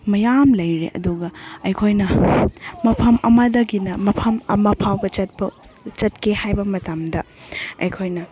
ꯃꯌꯥꯝ ꯂꯩꯔꯦ ꯑꯗꯨꯒ ꯑꯩꯈꯣꯏꯅ ꯃꯐꯝ ꯑꯃꯗꯒꯤꯅ ꯃꯐꯝ ꯑꯃ ꯐꯥꯎꯕ ꯆꯠꯄ ꯆꯠꯀꯦ ꯍꯥꯏꯕ ꯃꯇꯝꯗ ꯑꯩꯈꯣꯏꯅ